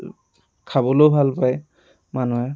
খাবলৈয়ো ভাল পায় মানুহে